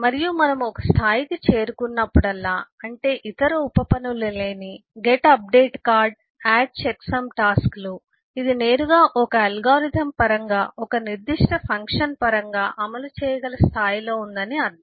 మరియు మనము ఒక స్థాయికి చేరుకున్నప్పుడల్లా అంటే ఇతర ఉప పనులు లేని get update card add checksum టాస్క్లు ఇది నేరుగా ఒక అల్గోరిథం పరంగా ఒక నిర్దిష్ట ఫంక్షన్ పరంగా అమలు చేయగల స్థాయిలో ఉందని అర్థం